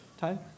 time